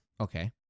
Okay